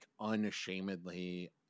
unashamedly